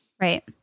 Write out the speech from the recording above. Right